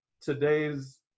today's